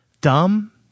Dumb